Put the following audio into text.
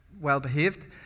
well-behaved